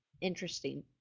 interesting